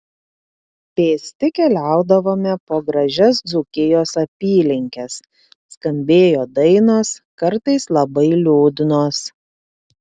pėsti keliaudavome po gražias dzūkijos apylinkes skambėjo dainos kartais labai liūdnos